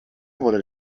wurde